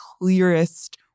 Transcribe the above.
clearest